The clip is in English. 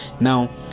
now